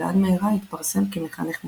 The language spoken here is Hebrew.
ועד מהרה התפרסם כמחנך מוכשר.